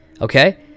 Okay